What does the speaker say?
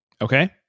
Okay